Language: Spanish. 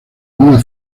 una